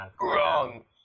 wrong